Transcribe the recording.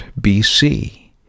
BC